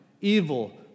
Evil